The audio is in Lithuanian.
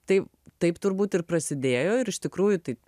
tai taip turbūt ir prasidėjo ir iš tikrųjų tai